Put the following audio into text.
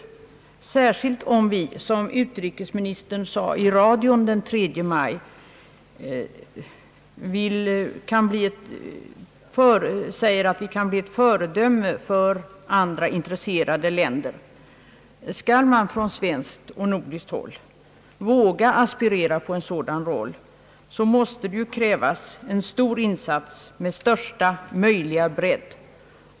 Särskilt gäller detta om vi säger, som utrikesministern gjorde i radio den 3 maj, att vårt land kan bli ett föredöme för andra intresserade länder. Skall man från svenskt och nordiskt håll våga aspirera på en sådan roll måste det ju krävas en stor insats med största möjliga bredd.